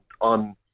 on